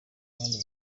yandi